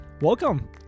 welcome